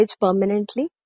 permanently